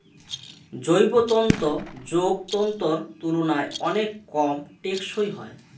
জৈব তন্তু যৌগ তন্তুর তুলনায় অনেক কম টেঁকসই হয়